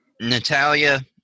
Natalia